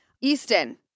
Easton